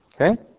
Okay